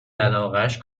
علاقش